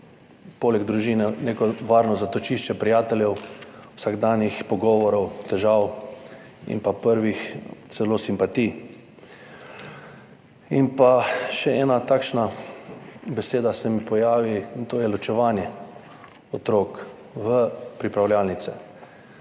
poleg družine neko varno zatočišče prijateljev, vsakdanjih pogovorov, težav in pa celo prvih simpatij. In pa še ena takšna beseda se mi pojavi, in to je ločevanje otrok v pripravljalnice.